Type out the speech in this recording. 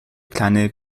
kleine